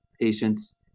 patients